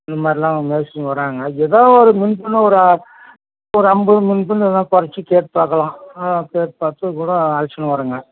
இதுமாதிரிலாம் மேஸ்திரிங்க வர்றாங்க ஏதோ ஒரு முன்னே பின்னே ஒரு ஒரு ஐம்பது முன்னே பின்னே எதுனா கொறைச்சி கேட்டுப் பார்க்கலாம் கேட்டுப் பார்த்துட்டு கூட அழைச்சின்னு வர்றேன்ங்க